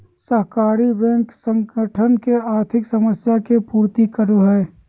सहकारी बैंक संगठन के आर्थिक समस्या के पूर्ति करो हइ